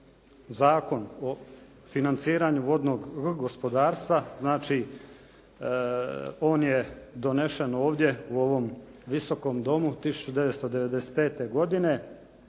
Zakon o financiranju vodnog gospodarstva, znači on je donesen ovdje u ovom Visokom domu 1995. godine